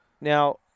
Now